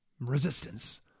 resistance